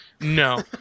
No